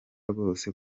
rwose